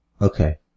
Okay